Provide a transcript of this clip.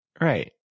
Right